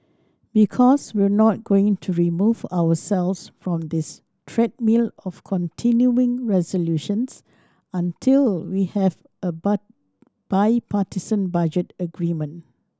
because we're not going to remove ourselves from this treadmill of continuing resolutions until we have a bipartisan budget agreement